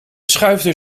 schuifdeur